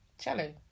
Challenge